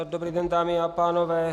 Dobrý den, dámy a pánové.